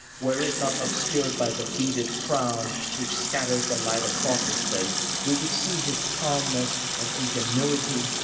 were it not obscured by the beaded crown, which scatters the light across his face, we would see his calmness and ingenuity.